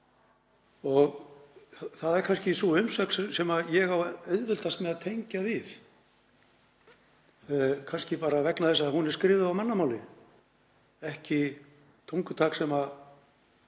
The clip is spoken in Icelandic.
og það er kannski sú umsögn sem ég á auðveldast með að tengja við, kannski bara vegna þess að hún er skrifuð á mannamáli ekki tungutaki sem ég